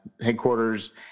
headquarters